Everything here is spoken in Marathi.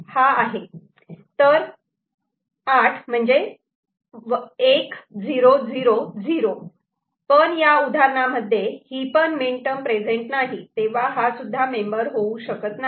तर 1 0 0 0 पण या उदाहरणांमध्ये ही पण मीनटर्म प्रेझेंट नाही तेव्हा हासुद्धा मेंबर होऊ शकत नाही